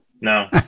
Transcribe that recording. No